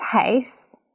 case